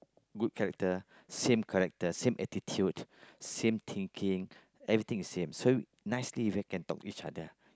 good character same character same attitude same thinking everything the same so nicely people can talk to each other